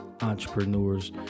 entrepreneurs